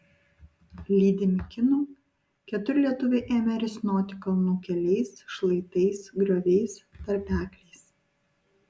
lydimi kinų keturi lietuviai ėmė risnoti kalnų keliais šlaitais grioviais tarpekliais